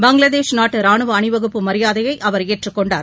பங்களாதேஷ் நாட்டு ரானுவ அணிவகுப்பு மரியாதையை அவர் ஏற்றுக்கொண்டார்